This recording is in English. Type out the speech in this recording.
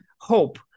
hope